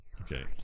Okay